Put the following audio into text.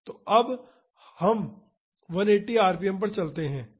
तो अब हम 180 आरपीएम पर चलते हैं